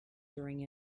during